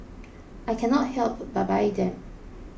I cannot help but buy them